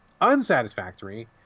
unsatisfactory